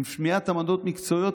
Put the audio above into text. עם שמיעת עמדות מקצועיות,